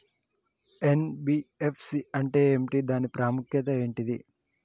NBFC అంటే ఏమిటి దాని ప్రాముఖ్యత ఏంటిది?